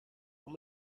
how